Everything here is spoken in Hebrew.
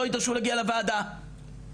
לא ידרשו להגיע לוועדה בכלל,